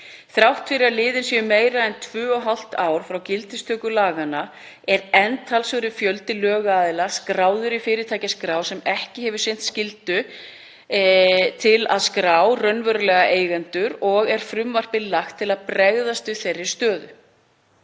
Þrátt fyrir að liðin séu meira en tvö og hálft ár frá gildistöku laganna er enn talsverður fjöldi lögaðila skráður í fyrirtækjaskrá sem ekki hefur sinnt skyldu til að skrá raunverulega eigendur og er frumvarpið lagt fram til að bregðast við þeirri stöðu.